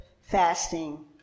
fasting